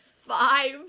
five